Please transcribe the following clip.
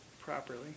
properly